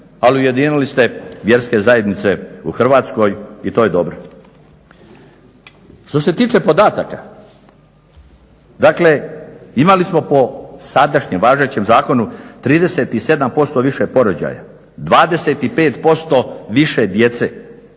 ali ujedinili ste vjerske zajednice u Hrvatskoj i to je dobro. Što se tiče podataka, dakle imali smo po sadašnjem, važećem zakonu 37% više porođaja, 25% više djece